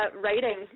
Writing